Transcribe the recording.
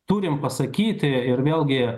turim pasakyti ir vėlgi